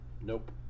Nope